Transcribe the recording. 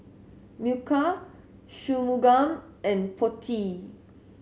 Milkha Shunmugam and Potti